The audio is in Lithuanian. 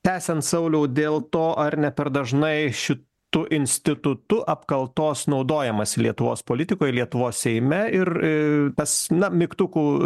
tęsiant sauliau dėl to ar ne per dažnai šitu institutu apkaltos naudojamasi lietuvos politikoj lietuvos seime ir tas na mygtukų